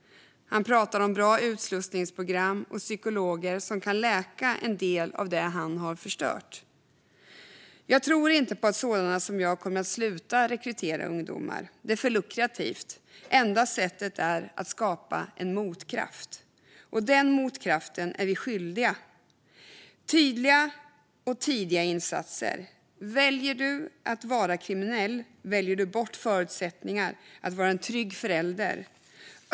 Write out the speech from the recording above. Han pratar om bra utslussningsprogram och psykologer som kan läka en del av det som han har förstört. Han säger: Jag tror inte på att sådana som jag kommer att sluta rekrytera ungdomar. Det är för lukrativt. Enda sättet är att skapa en motkraft. Den motkraften är vi skyldiga att skapa - tydliga och tidiga insatser. Väljer du att vara kriminell väljer du bort förutsättningarna för att vara en trygg förälder.